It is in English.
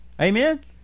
amen